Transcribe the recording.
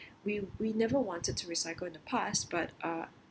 we we never wanted to recycle in the past but uh